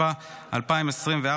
התשפ"ה 2024,